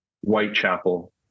Whitechapel